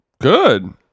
Good